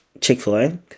chick-fil-a